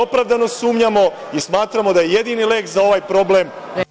Opravdano sumnjamo i smatramo da je jedini lek za ovaj problem…